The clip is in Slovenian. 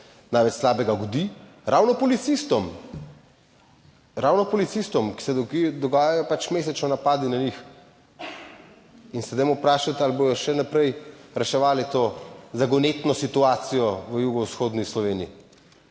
največ slabega godi? Ravno policistom. Ravno policistom, ki se dogajajo pač mesečno, napadi na njih. In se dajmo vprašati, ali bodo še naprej reševali to zagonetno situacijo v jugovzhodni Sloveniji